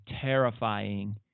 terrifying